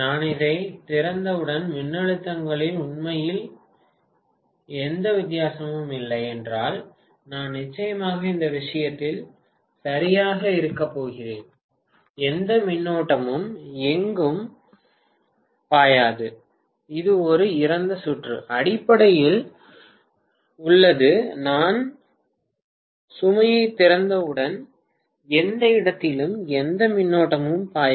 நான் இதை திறந்தவுடன் மின்னழுத்தங்களில் உண்மையில் எந்த வித்தியாசமும் இல்லை என்றால் நான் நிச்சயமாக இந்த விஷயத்தில் சரியாக இருக்கப் போகிறேன் எந்த மின்னோட்டமும் எங்கும் பாயாது இது ஒரு இறந்த சுற்று அடிப்படையில் உள்ளது நான் சுமையைத் திறந்தவுடன் எந்த இடத்திலும் எந்த மின்னோட்டமும் பாயவில்லை